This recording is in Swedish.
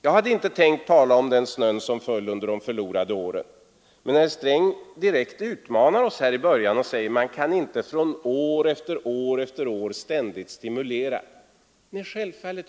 Jag hade inte tänkt tala om den snö som föll under de förlorade åren, men herr Sträng utmanade oss direkt från början. Man kan inte år efter år ständigt stimulera, säger han. Nej, självfallet inte.